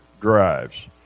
drives